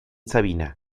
sabina